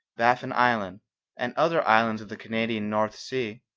baffin island and other islands of the canadian north sea,